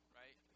right